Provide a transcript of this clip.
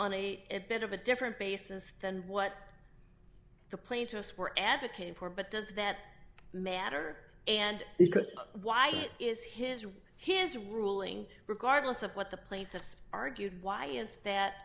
on a bit of a different basis than what the plaintiffs were advocating for but does that matter and why it is his his ruling regardless of what the plaintiffs argued why is that